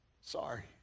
sorry